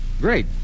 Great